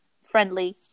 friendly